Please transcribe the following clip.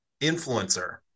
influencer